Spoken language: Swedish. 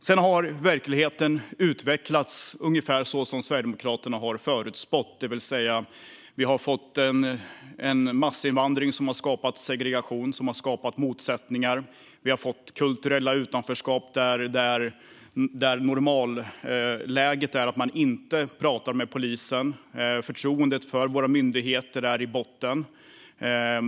Sedan har verkligheten utvecklats ungefär som Sverigedemokraterna har förutspått, det vill säga att vi har fått en massinvandring som har skapat segregation och motsättningar. Vi har fått kulturella utanförskap, där normalläget är att man inte pratar med polisen. Förtroendet för våra myndigheter är i botten.